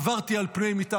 עברתי על פני מיטה,